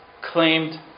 Claimed